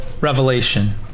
revelation